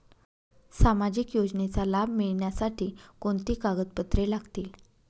सामाजिक योजनेचा लाभ मिळण्यासाठी कोणती कागदपत्रे लागतील?